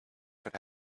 could